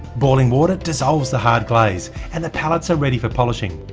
boiling water dissolves the hard glaze, and the pallets are ready for polishing.